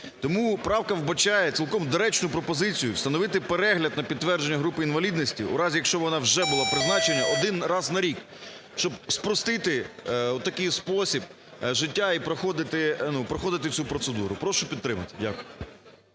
Тому правка вбачає цілком доручну пропозицію встановити перегляд на підтвердження групи інвалідності у разі, якщо вона вже була призначена один раз на рік, щоб спростити в такий спосіб життя і проходити, ну, проходити цю процедуру. Прошу підтримати. Дякую.